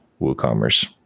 WooCommerce